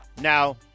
now